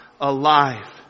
alive